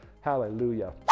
Hallelujah